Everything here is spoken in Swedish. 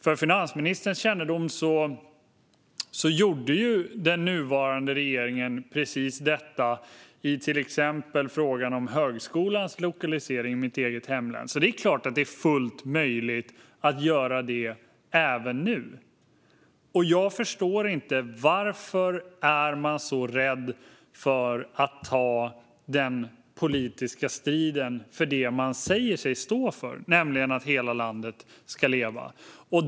För finansministerns kännedom: Den nuvarande regeringen gjorde precis detta i till exempel frågan om högskolans lokalisering i mitt eget hemlän. Det är klart att det är fullt möjligt att göra det även nu. Jag förstår inte varför man är så rädd för att ta den politiska striden för det man säger sig stå för, nämligen att hela landet ska leva.